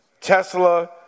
Tesla